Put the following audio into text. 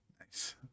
Nice